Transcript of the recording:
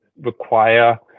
require